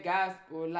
Gospel